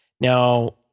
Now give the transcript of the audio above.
Now